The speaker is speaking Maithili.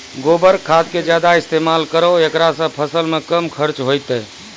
गोबर खाद के ज्यादा इस्तेमाल करौ ऐकरा से फसल मे कम खर्च होईतै?